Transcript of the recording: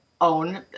own